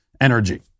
energy